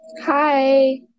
hi